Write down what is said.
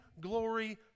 glory